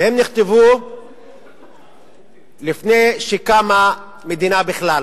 והם נכתבו לפני שקמה מדינה בכלל.